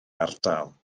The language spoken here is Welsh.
ardal